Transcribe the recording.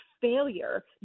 failure